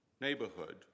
neighborhood